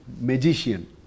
Magician